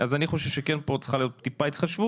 אז אני חושב שכן פה צריכה להיות טיפה התחשבות,